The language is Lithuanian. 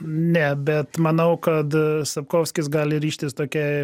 ne bet manau kad sapkovskis gali ryžtis tokiai